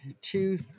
two